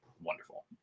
wonderful